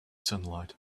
sunlight